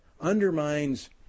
undermines